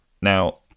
Now